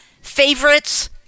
favorites